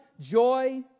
joy